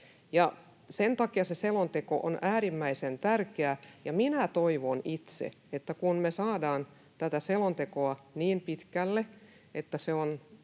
sen takia se selonteko on äärimmäisen tärkeä, ja minä toivon itse, että kun me saadaan tätä selontekoa niin pitkälle, että se on